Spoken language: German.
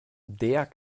der